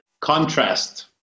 Contrast